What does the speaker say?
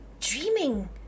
dreaming